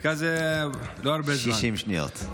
דקה זה, 60 שניות.